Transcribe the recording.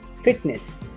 fitness